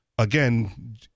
again